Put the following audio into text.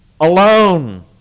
alone